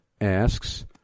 asks